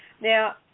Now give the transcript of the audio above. now